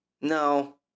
No